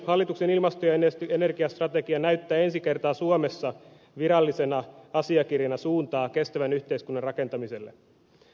hallituksen ilmasto ja energiastrategia näyttää ensi kertaa suomessa virallisena asiakirjana suuntaa kestävän yhteiskunnan rakentamiselle